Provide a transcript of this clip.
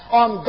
on